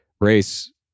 race